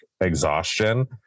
exhaustion